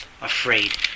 afraid